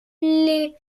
les